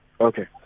Okay